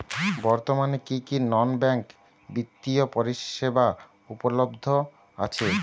বর্তমানে কী কী নন ব্যাঙ্ক বিত্তীয় পরিষেবা উপলব্ধ আছে?